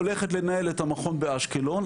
הולכת לנהל את המכון באשקלון,